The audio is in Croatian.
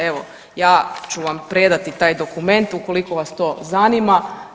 Evo, ja ću vam predati taj dokument ukoliko vas to zanima.